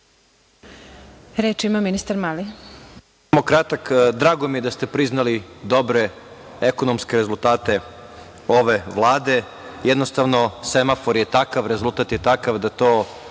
Reč ima ministar Mali.